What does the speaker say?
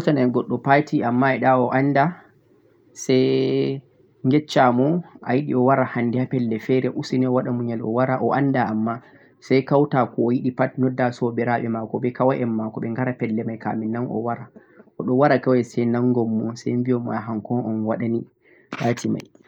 taadi handen haa gwaddo hautan amma yidao anda sai yacca moo a yidi waran hander wonde fere usainii wada munyal gel o waara o anda amma sai kauta ko be wa'en ma ben ghaara be waarta do don wara kawai sai naango sai jon mo o'n wada ni